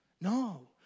No